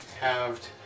Halved